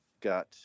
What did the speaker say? got